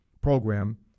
program